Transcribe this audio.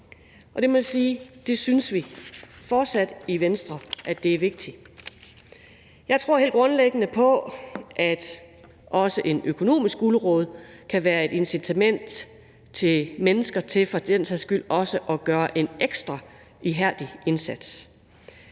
i Venstre fortsat synes, det er vigtigt. Jeg tror helt grundlæggende på, at også en økonomisk gulerod kan være et incitament til mennesker til for den sags skyld også at gøre en ekstra ihærdig indsats.